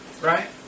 Right